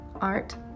Art